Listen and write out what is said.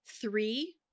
three